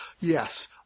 Yes